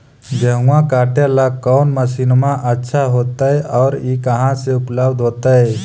गेहुआ काटेला कौन मशीनमा अच्छा होतई और ई कहा से उपल्ब्ध होतई?